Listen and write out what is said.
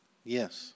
Yes